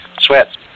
sweat